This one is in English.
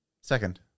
Second